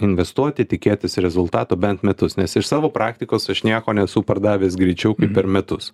investuoti tikėtis rezultato bent metus nes iš savo praktikos aš nieko nesu pardavęs greičiau kaip per metus